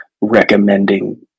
Recommending